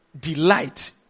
delight